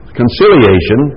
conciliation